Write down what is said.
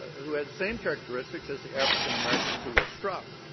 who had the same characteristics as the african-americans who were struck.